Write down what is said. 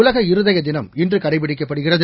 உலக இருதய தினம் இன்று கடைபிடிக்கப்படுகிறது